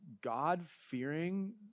God-fearing